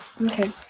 Okay